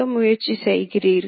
இந்த திசை நேர்மறையானது